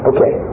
Okay